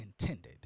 intended